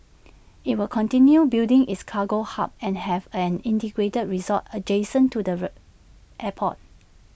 IT will continue building its cargo hub and have an integrated resort adjacent to the airport